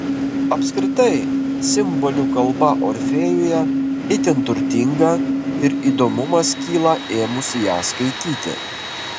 apskritai simbolių kalba orfėjuje itin turtinga ir įdomumas kyla ėmus ją skaityti